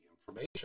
information